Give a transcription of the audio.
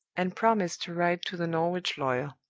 and promised to write to the norwich lawyer.